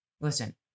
listen